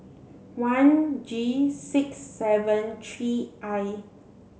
one G six seven three I